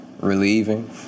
relieving